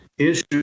issues